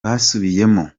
basubiyemo